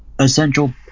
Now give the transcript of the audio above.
essential